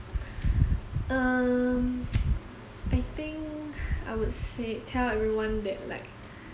um I think I would say tell everyone that like